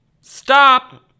Stop